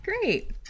Great